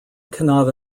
cannot